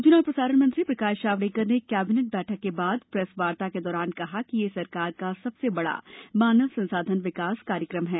सूचना और प्रसारण मंत्री प्रकाश जावड़ेकर ने कैबिनेट बैठक के बाद प्रेस वार्ता के दौरान कहा ष्यह सरकार का सबसे बड़ा मानव संसाधन विकास कार्यक्रम है